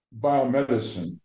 biomedicine